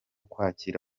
kwakira